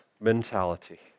mentality